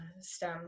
stem